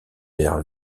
vert